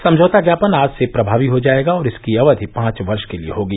समझौता ज्ञापन आज से प्रभावी हो जायेगा और इसकी अवधि पांच वर्ष के लिए होगी